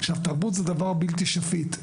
תרבות היא דבר בלתי שפיט.